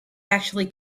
actually